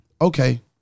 Okay